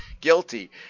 guilty